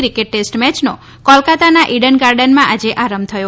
cricket test મેચનો કોલકાતાના ઈડન ગાર્ડનમાં આજે આરંભ થયો